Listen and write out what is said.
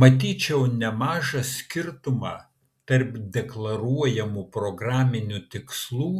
matyčiau nemažą skirtumą tarp deklaruojamų programinių tikslų